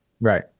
Right